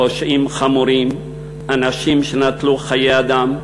פושעים חמורים, אנשים שנטלו חיי אדם,